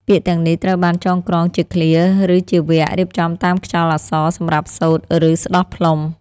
ពាក្យទាំងនេះត្រូវបានចងក្រងជាឃ្លា ឬជាវគ្គ រៀបចំតាមខ្យល់អក្សរ សម្រាប់សូត្រ ឬស្ដោះផ្លុំ។